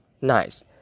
nice